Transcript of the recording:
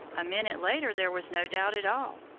a minute later there was no doubt at all,